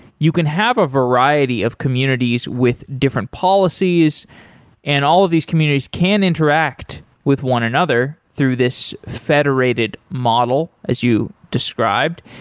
you can have a variety of communities with different policies and all of these communities can interact with one another through this federated model, as you described.